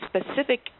specific